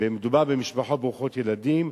מדובר במשפחות ברוכות ילדים,